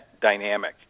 dynamic